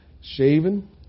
shaven